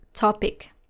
topic